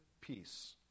peace